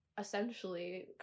essentially